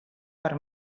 per